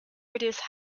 produce